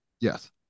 Yes